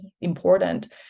important